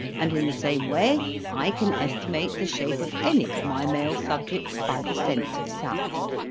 and in the same way i can estimate the shape of any of my male subjects by the sense of sound,